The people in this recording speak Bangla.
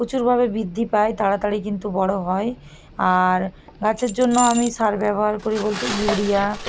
প্রচুরভাবে বৃদ্ধি পায় তাড়াতাড়ি কিন্তু বড় হয় আর গাছের জন্য আমি সার ব্যবহার করি বলতে ইউরিয়া